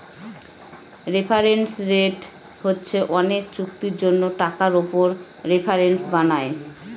reference rate হচ্ছে অনেক চুক্তির জন্য টাকার উপর রেফারেন্স বানায়